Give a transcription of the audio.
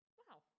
wow